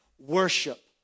Worship